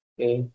Okay